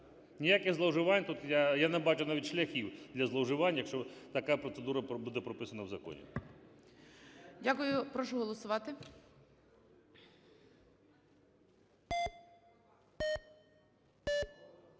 Ніяких зловживань тут я… я не бачу навіть шляхів для зловживань, якщо така процедура буде прописана в законі.